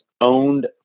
owned